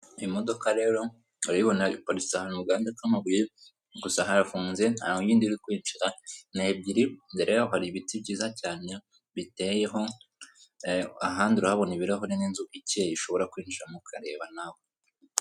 Imodoka rero urayibona iparoste ahantu muganda k'amabuye gusa harafunze hari iyinindi iri kwinjira ni ebyiri imbere yaho hari ibiti byiza cyane biteyeho ahandi urahabona ibirahure n'inzu ikeye ishobora kwinjiramo ukareba nawe.